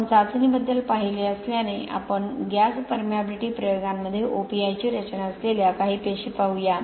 आपण चाचणीबद्दल पाहिले असल्याने आपण गॅसपरमिएबिलिटी प्रयोगांमध्ये OPI ची रचना असलेल्या काही पेशी पाहू या